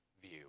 view